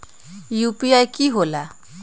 UPI कि होला?